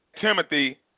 Timothy